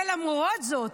ולמרות זאת,